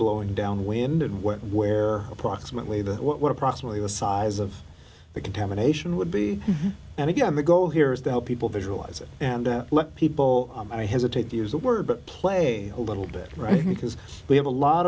blowing downwind and where approximately the what approximately the size of the contamination would be and again the goal here is to help people visualize it and let people i hesitate to use the word but play a little bit right because we have a lot